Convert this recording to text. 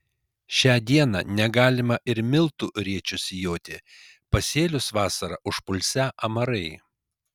šią dieną negalima ir miltų rėčiu sijoti pasėlius vasarą užpulsią amarai